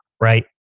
right